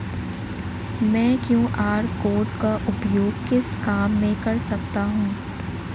मैं QR code का उपयोग किस काम में कर सकता हूं?